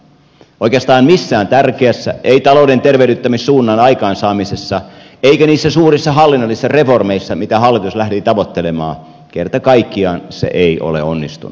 oikeastaan missään tärkeässä ei talouden tervehdyttämissuunnan aikaansaamisessa eikä niissä suurissa hallinnollisissa reformeissa mitä hallitus lähti tavoittelemaan kerta kaikkiaan se ei ole onnistunut